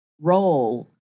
role